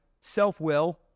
self-will